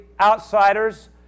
outsiders